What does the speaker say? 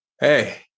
hey